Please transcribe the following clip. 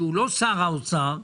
שהוא לא שר האוצר,